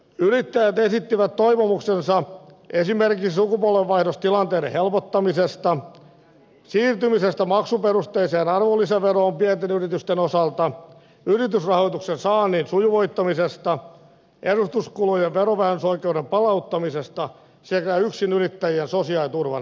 yrittäjät esittivät toivomuksensa esimerkiksi sukupolvenvaihdostilanteiden helpottamisesta siirtymisestä maksuperusteiseen arvonlisäveroon pienten yritysten osalta yritysrahoituksen saannin sujuvoittamisesta edustuskulujen verovähennysoikeuden palauttamisesta sekä yksinyrittäjien sosiaaliturvan parantamisesta